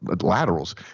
laterals